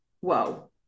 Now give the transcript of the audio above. whoa